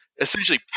essentially